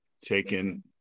taken